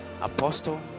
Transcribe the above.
Apostle